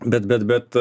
bet bet bet